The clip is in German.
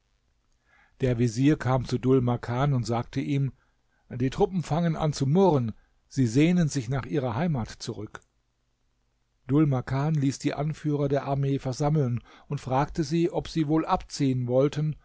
der vezier kam zu dhul makan und sagte ihm die truppen fangen an zu murren sie sehnen sich nach ihrer heimat zurück dhul makan ließ die anführer der armee versammeln und fragte sie ob sie wohl abziehen wollten